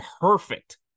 perfect